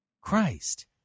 Christ